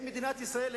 האם מדינת ישראל,